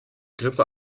begriffe